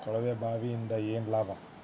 ಕೊಳವೆ ಬಾವಿಯಿಂದ ಏನ್ ಲಾಭಾ?